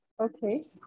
Okay